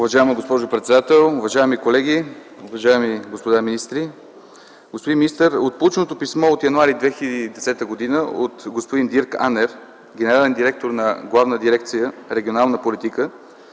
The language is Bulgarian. Уважаема госпожо председател, уважаеми колеги, уважаеми господа министри! Господин министър, от полученото писмо от м. януари 2010 г. от господин Дирк Анер – генерален директор на Главна дирекция „Регионална политика”,